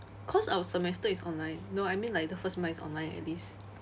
cause our semester is online no I mean like the first mine is online at least